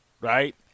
right